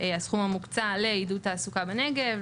הסכום המוקצה לעידוד תעסוקה בנגב,